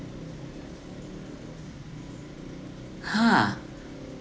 !huh!